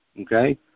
okay